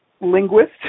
linguist